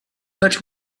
but